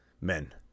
men